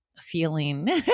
feeling